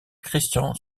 christian